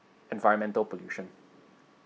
environmental pollution